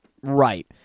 Right